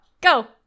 Go